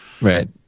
Right